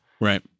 Right